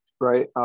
Right